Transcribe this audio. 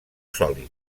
sòlid